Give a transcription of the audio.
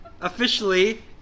officially